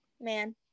man